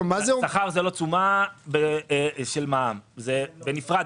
שכר זה לא תשומה של מע"מ, זה בנפרד.